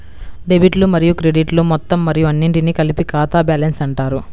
డెబిట్లు మరియు క్రెడిట్లు మొత్తం మరియు అన్నింటినీ కలిపి ఖాతా బ్యాలెన్స్ అంటారు